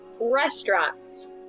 restaurants